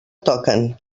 toquen